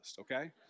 Okay